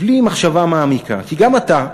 בלי מחשבה מעמיקה, כי גם אתה,